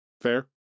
fair